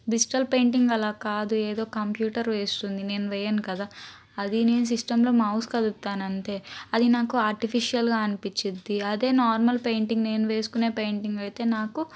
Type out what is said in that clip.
digital painting అలా కాదు ఏదో కంప్యూటర్ వేస్తుంది నేను వేయను కదా అది నేను సిస్టంలో మౌస్ కదుపుతాను అంతే అది నాకు ఆర్టిఫిషియల్గా అనిపిచ్చిది అదే నార్మల్ పెయింటింగ్ నేను వేసుకునే పెయింటింగ్ అయితే నాకు